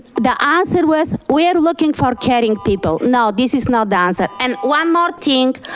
the answer was, we are looking for caring people. no this is not the answer. and one more thing,